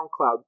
SoundCloud